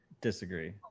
Disagree